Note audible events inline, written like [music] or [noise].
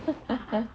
[laughs]